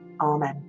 Amen